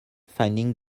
finding